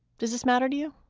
does this matter to you?